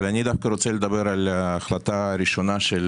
אבל אני דווקא רוצה לדבר על ההחלטה הראשונה של